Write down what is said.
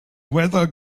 weather